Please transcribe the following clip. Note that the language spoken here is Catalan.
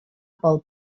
pel